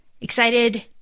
Excited